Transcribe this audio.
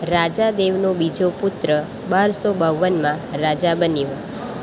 રાજાદેવનો બીજો પુત્ર બારસો બાવનમાં રાજા બન્યો